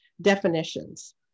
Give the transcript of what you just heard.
definitions